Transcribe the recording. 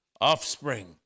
offspring